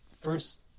first